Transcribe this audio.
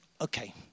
okay